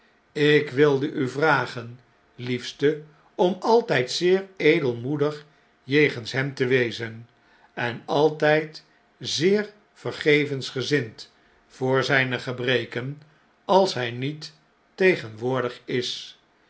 ik wilde u vragen liefste om altjjd zeer edelmoedig jegens hem te wezen en altyd zeer vergevensgezind voor zijne gebreken als hij niet tegenwoordig is